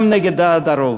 גם נגד דעת הרוב.